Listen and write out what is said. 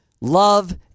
love